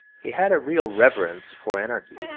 he had a real reverence for anarchy.